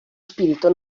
spirito